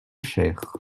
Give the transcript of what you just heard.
cher